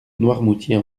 noirmoutier